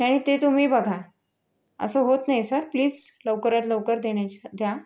नाही ते तुम्ही बघा असं होत नाही सर प्लीज लवकरात लवकर देण्याचं द्या